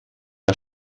der